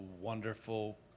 wonderful